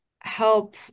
help